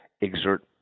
exert